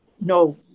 no